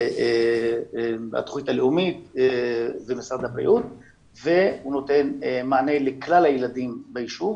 התוכנית הלאומית ומשרד הבריאות והוא נותן מענה לכלל הילדים בישוב.